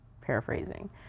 paraphrasing